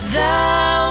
Thou